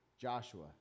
Joshua